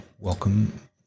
Welcome